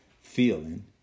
feeling